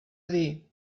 dir